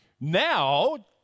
now